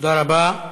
תודה רבה.